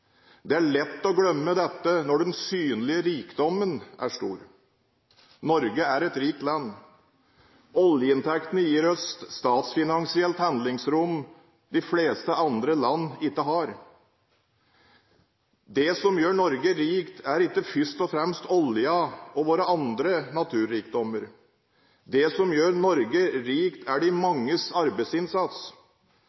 Det er lett å glemme dette når den synlige rikdommen er stor. Norge er et rikt land. Oljeinntektene gir oss et statsfinansielt handlingsrom de fleste andre land ikke har. Det som gjør Norge rikt, er ikke først og fremst oljen og våre andre naturrikdommer. Det som gjør Norge rikt, er de